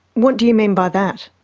what do you mean by that?